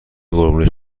قربونش